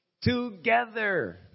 together